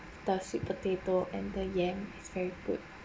the sweet potato and the yam is very good